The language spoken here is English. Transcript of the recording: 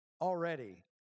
already